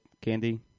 candy